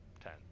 Ten